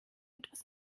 etwas